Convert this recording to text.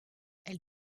elle